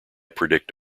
predict